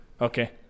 okay